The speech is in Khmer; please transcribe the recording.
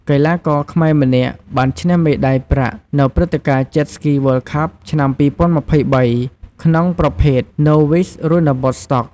កីឡាករខ្មែរម្នាក់ បានឈ្នះមេដាយប្រាក់នៅព្រឹត្តិការណ៍ Jet Ski World Cup ឆ្នាំ ២០២៣ ក្នុងប្រភេទ Novice Runabout Stock។